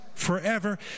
forever